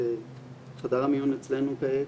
בחדר המיון אצלנו כעת,